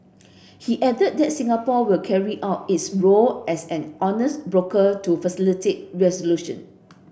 he added that Singapore will carry out its role as an honest broker to facilitate resolution